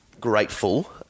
grateful